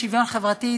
לשוויון חברתי,